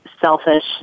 selfish